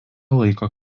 laiko